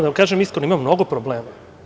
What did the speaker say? Da vam kažem iskreno, ima mnogo problema.